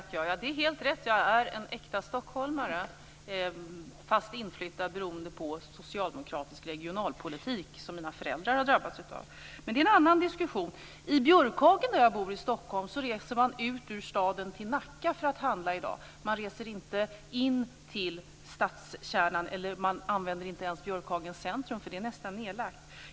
Fru talman! Det är helt rätt: Jag är en äkta stockholmare - visserligen inflyttad beroende på socialdemokratisk regionalpolitik som mina föräldrar drabbades av, men det är en annan diskussion. I Björkhagen i Stockholm där jag bor reser man ut ur staden till Nacka för att handla i dag. Man reser inte in till stadskärnan. Man använder inte ens Björkhagens centrum, för det är nästan nedlagt.